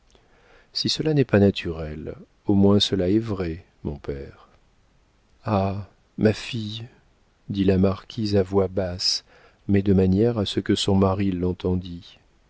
si cela n'est pas naturel au moins cela est vrai mon père ah ma fille dit la marquise à voix basse mais de manière que son mari l'entendît